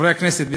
חברי הכנסת,